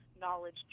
knowledge